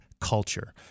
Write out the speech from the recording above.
culture